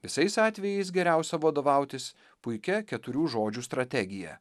visais atvejais geriausia vadovautis puikia keturių žodžių strategija